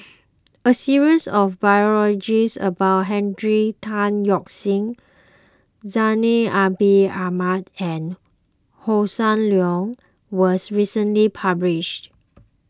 a series of biologies about Henry Tan Yoke See Zainal Ahmad and Hossan Leong was recently published